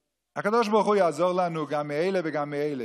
הקדוש ברוך הוא יעזור לנו גם מאלה וגם מאלה.